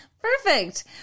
Perfect